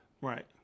Right